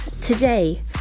today